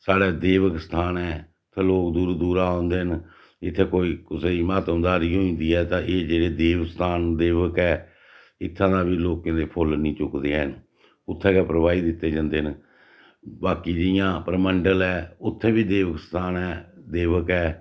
साढ़ै देव स्थान ऐ ते लोक दूरा दूरा औंदे न इत्थै कोई कुसै गी म्हात्मदारी होई जंदी ऐ तां एह् जेह्ड़े देव स्थान न देवक ऐ इत्थें दा बी लोकें दा फुल्ल नी चुकदे हैन उत्थें गै प्रवाही दित्ते जंदे न बाकी जियां परमंडल ऐ उत्थें बी देव स्थान ऐ देवक ऐ